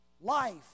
life